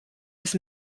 his